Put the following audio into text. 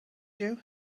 you